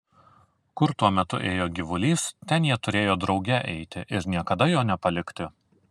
kur tuo metu ėjo gyvulys ten jie turėjo drauge eiti ir niekada jo nepalikti